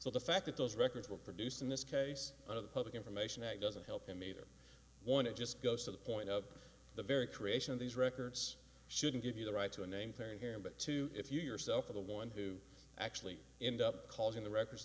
so the fact that those records were produced in this case out of the public information that doesn't help him either one it just goes to the point of the very creation of these records shouldn't give you the right to a name thing here but to if you yourself are the one who actually end up calling the records